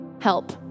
help